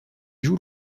joue